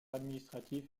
administratif